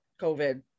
COVID